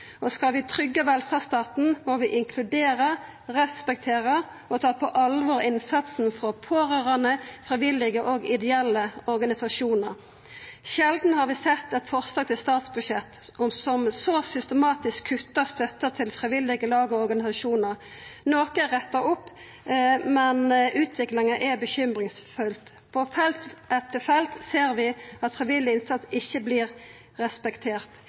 og skal vi tryggja velferdsstaten, må vi inkludera, respektera og ta på alvor innsatsen frå pårørande, frivillige og ideelle organisasjonar. Sjeldan har vi sett eit forslag til statsbudsjett som så systematisk kuttar støtta til frivillige lag og organisasjonar. Noko er retta opp, men utviklinga er bekymringsfull. På felt etter felt ser vi at frivillig innsats ikkje vert respektert.